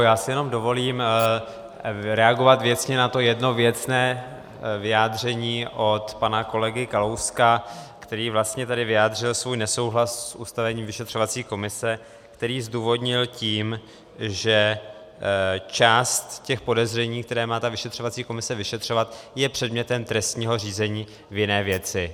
Já si jenom dovolím reagovat věcně na to jedno věcné vyjádření od pana kolegy Kalouska, který vlastně tady vyjádřil svůj nesouhlas s ustavením vyšetřovací komise, který zdůvodnil tím, že část podezření, která má vyšetřovací komise vyšetřovat, je předmětem trestního řízení v jiné věci.